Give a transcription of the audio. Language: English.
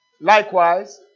Likewise